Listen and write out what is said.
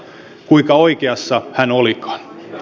kuinka oikeassa hän olikaan